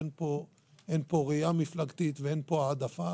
אין פה ראייה מפלגתית ואין פה העדפה,